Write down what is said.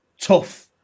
tough